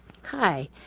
Hi